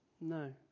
No